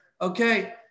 okay